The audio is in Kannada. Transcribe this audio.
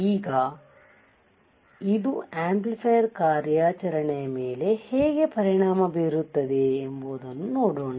ಈಗ ಇದು ಆಂಪ್ಲಿಫಯರ್ ಕಾರ್ಯಾಚರಣೆಯ ಮೇಲೆ ಹೇಗೆ ಪರಿಣಾಮ ಬೀರುತ್ತದೆ ಎಂಬುದನ್ನು ನೋಡೋಣ